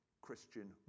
Christian